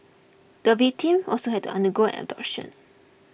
the victim also had to undergo an abortion